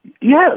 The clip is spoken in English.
Yes